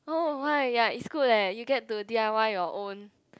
oh why ya is good eh you get to D_I_Y your own